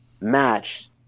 match